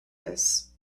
this